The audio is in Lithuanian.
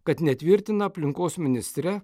kad netvirtina aplinkos ministre